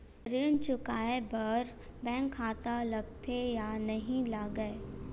ऋण चुकाए बार बैंक खाता लगथे या नहीं लगाए?